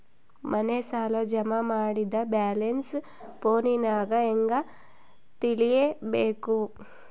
ಮನೆ ಸಾಲ ಜಮಾ ಮಾಡಿದ ಬ್ಯಾಲೆನ್ಸ್ ಫೋನಿನಾಗ ಹೆಂಗ ತಿಳೇಬೇಕು?